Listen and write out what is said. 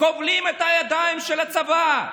כובלים את הידיים של הצבא.